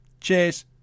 Cheers